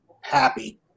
happy